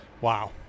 Wow